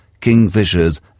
kingfishers